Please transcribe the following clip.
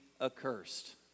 accursed